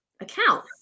account